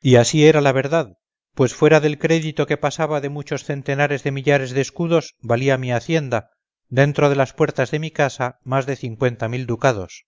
y así era la verdad pues fuera del crédito que pasaba de muchos centenares de millares de escudos valía mi hacienda dentro de las puertas de mi casa más de cincuenta mil ducados